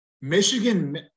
Michigan –